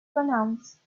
pronounce